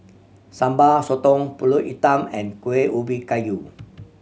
Sambal Sotong Pulut Hitam and Kuih Ubi Kayu